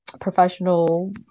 professional